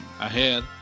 ahead